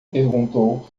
perguntou